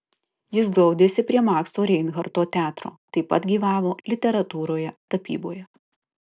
jis glaudėsi prie makso reinharto teatro taip pat gyvavo literatūroje tapyboje